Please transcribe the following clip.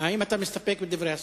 האם אתה מסתפק בדברי השר?